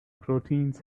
proteins